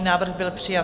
Návrh byl přijat.